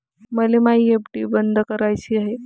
मले मायी एफ.डी बंद कराची हाय